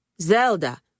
Zelda